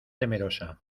temerosa